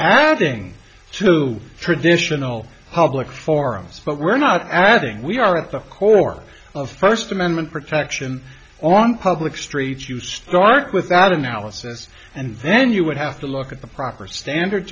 adding to traditional public forums but we're not adding we are at the core of first amendment protection on public streets you start with that analysis and then you would have to look at the proper standard